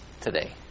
today